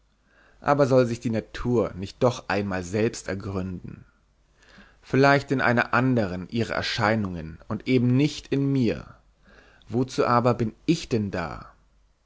aber soll sich natur nicht doch einmal selbst ergründen vielleicht in einer anderen ihrer erscheinungen und eben nicht in mir wozu aber bin ich denn da